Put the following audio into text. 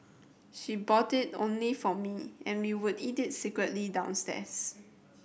she bought it only for me and we would eat it secretly downstairs